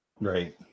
Right